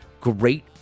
great